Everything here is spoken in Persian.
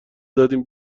دادیم